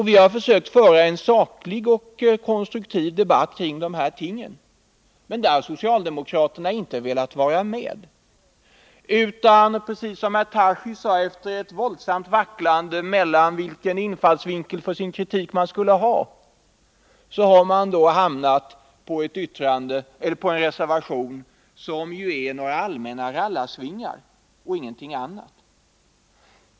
Vi har försökt föra en saklig och konstruktiv debatt kring dessa frågor, men socialdemokraterna har inte velat vara med. I stället har de, som Daniel Tarschys sade, efter ett våldsamt vacklande i fråga om vilken infallsvinkel de skulle ha för sin kritik, hamnat på en reservation som är några allmänna rallarsvingar och ingenting annat.